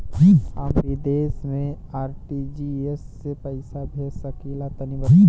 हम विदेस मे आर.टी.जी.एस से पईसा भेज सकिला तनि बताई?